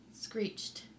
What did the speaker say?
Screeched